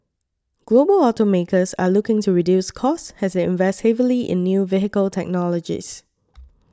global automakers are looking to reduce costs as they invest heavily in new vehicle technologies